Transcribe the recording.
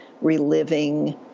reliving